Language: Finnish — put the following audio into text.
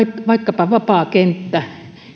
vaikkapa vapaa kenttä